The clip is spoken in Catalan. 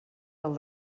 del